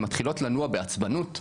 שמתחילות לנוע בעצבנות,